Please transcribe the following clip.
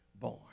born